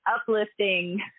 uplifting